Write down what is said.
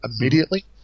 immediately